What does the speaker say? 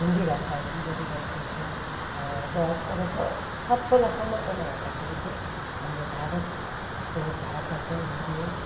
हिन्दी भाषाहरू पनि बोलिरहेकै हुन्छ र र सब सबैलाई समग्रमा हेर्दाखेरि चाहिँ हाम्रो भारतको भाषा चाहिँ हिन्दी हो